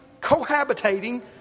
cohabitating